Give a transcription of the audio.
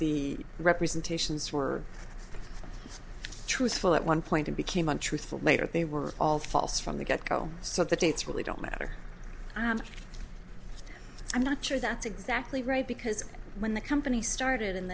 the representations were truthful at one point and became untruthful later they were all false from the get go so the dates really don't matter and i'm not sure that's exactly right because when the company